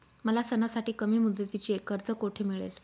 मला सणासाठी कमी मुदतीचे कर्ज कोठे मिळेल?